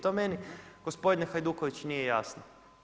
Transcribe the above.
To meni, gospodine Hajduković nije jasno.